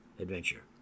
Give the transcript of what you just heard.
Adventure